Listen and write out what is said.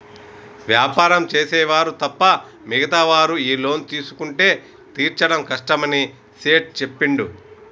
వ్యాపారం చేసే వారు తప్ప మిగతా వారు ఈ లోన్ తీసుకుంటే తీర్చడం కష్టమని సేట్ చెప్పిండు